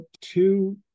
two